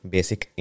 Basic